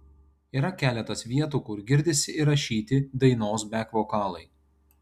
yra keletas vietų kur girdisi įrašyti dainos bek vokalai